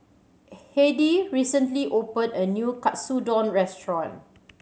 Heidy recently opened a new Katsudon Restaurant